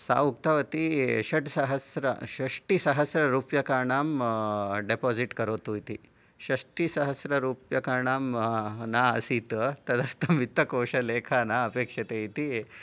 सा उक्तवती षड् सहस्र षष्टिसहस्र रूप्यकाणां डेपोसिट् करोतु इति षष्टिसहस्र रूप्यकाणां ना आसीत् तदर्थं वित्तकोषलेखा ना अपेक्षते इति